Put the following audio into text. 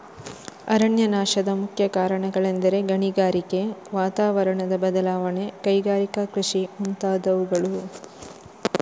ಅರಣ್ಯನಾಶದ ಮುಖ್ಯ ಕಾರಣಗಳೆಂದರೆ ಗಣಿಗಾರಿಕೆ, ವಾತಾವರಣದ ಬದಲಾವಣೆ, ಕೈಗಾರಿಕಾ ಕೃಷಿ ಮುಂತಾದವುಗಳು